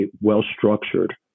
well-structured